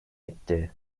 etti